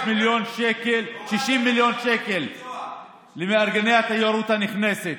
60 מיליון שקל למארגני התיירות הנכנסת,